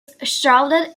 shrouded